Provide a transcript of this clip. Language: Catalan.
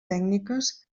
tècniques